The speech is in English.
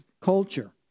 culture